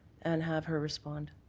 and have her respond.